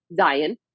zion